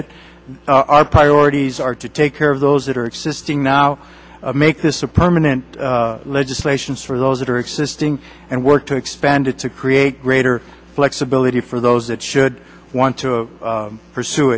it our priorities are to take care of those that are existing now make this a permanent legislations for those that are existing and work to expand it to create greater flexibility for those that should want to pursue